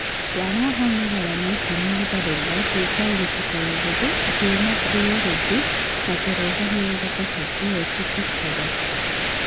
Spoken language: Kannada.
ಒಣ ಹಣ್ಣುಗಳನ್ನು ತಿನ್ನುವುದರಿಂದ ತೂಕ ಇಳಿಸಿಕೊಳ್ಳುವುದು, ಜೀರ್ಣಕ್ರಿಯೆ ವೃದ್ಧಿ, ಮತ್ತು ರೋಗನಿರೋಧಕ ಶಕ್ತಿ ಹೆಚ್ಚಿಸುತ್ತದೆ